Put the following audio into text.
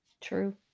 True